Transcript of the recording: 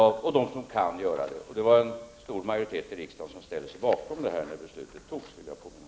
Jag vill påminna om att det stod en stor majoritet bakom beslutet i riksdagen på den här punkten.